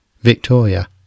Victoria